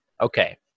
Okay